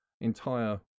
entire